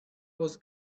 was